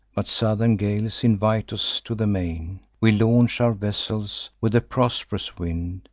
but southern gales invite us to the main, we launch our vessels, with a prosp'rous wind,